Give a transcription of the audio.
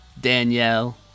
Danielle